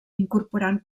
incorporant